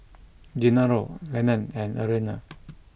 Genaro Lenon and Arianna